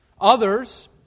Others